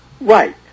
Right